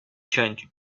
change